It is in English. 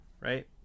right